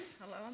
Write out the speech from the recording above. Hello